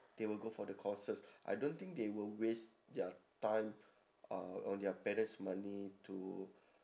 they will go for the courses I don't think they will waste their time uh on their parent's money to